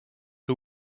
who